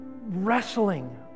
wrestling